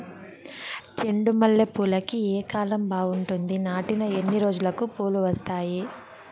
చెండు మల్లె పూలుకి ఏ కాలం బావుంటుంది? నాటిన ఎన్ని రోజులకు పూలు వస్తాయి?